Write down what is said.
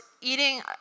eating –